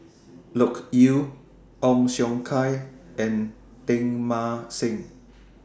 Loke Yew Ong Siong Kai and Teng Mah Seng